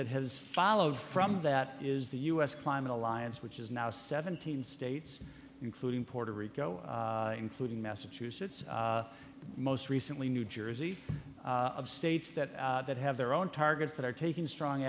that has followed from that is the u s climate alliance which is now seventeen states including puerto rico including massachusetts most recently new jersey of states that that have their own targets that are taking strong